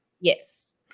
Yes